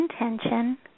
intention